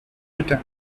return